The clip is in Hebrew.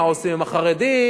מה עושים עם החרדים?